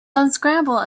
unscramble